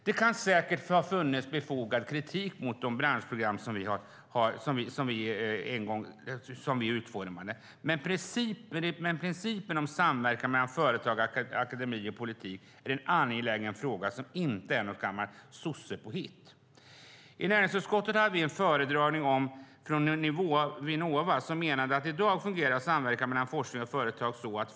Det kan säkert ha funnits befogad kritik mot de branschprogram som vi utformade. Men principen om samverkan mellan företag, akademi och politik är en angelägen fråga, inte något gammalt sossepåhitt. I näringsutskottet hade vi en föredragning där Vinnova förklarade hur samverkan mellan forskning och företag fungerar i dag.